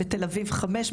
בתל אביב חמש,